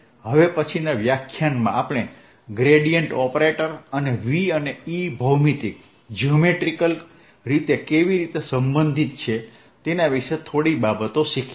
હવે પછીનાં વ્યાખ્યાનમાં આપણે ગ્રેડીયેન્ટ ઓપરેટર અને v અને E ભૌમિતિક રીતે કેવી રીતે સંબંધિત છે તે વિશે થોડીક બાબતો શીખીશું